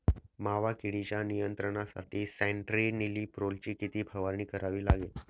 मावा किडीच्या नियंत्रणासाठी स्यान्ट्रेनिलीप्रोलची किती फवारणी करावी लागेल?